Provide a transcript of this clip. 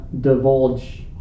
divulge